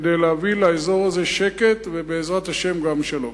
כדי להביא לאזור הזה שקט ובעזרת השם גם שלום.